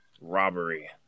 robbery